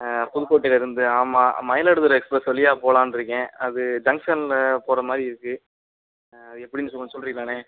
புதுக்கோட்டைலேருந்து ஆமாம் மயிலாடுதுறை எக்ஸ்ப்ரஸ் வழியாக போகலான்ருக்கேன் அது ஜங்க்ஷன்னில் போகிற மாதிரி இருக்குது அது எப்படின்னு கொஞ்சம் சொல்கிறீங்களாண்ணே